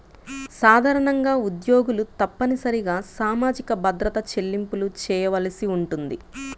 సాధారణంగా ఉద్యోగులు తప్పనిసరిగా సామాజిక భద్రత చెల్లింపులు చేయవలసి ఉంటుంది